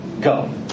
Go